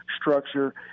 structure